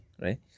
right